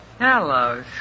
Hello